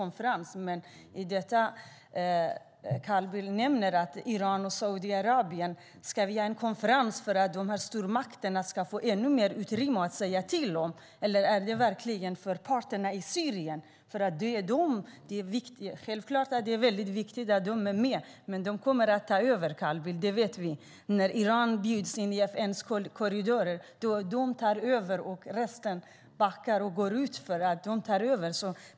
Som Carl Bildt säger ska Iran och Saudiarabien delta i konferensen. Är det för att stormakterna ska få ännu mer att säga till om, eller är det verkligen för parternas skull i Syrien? Självklart är det viktigt att de är med, men de kommer att ta över, Carl Bildt, det vet vi. När Iran bjuds in i FN:s korridorer tar de över medan övriga backar och går ut.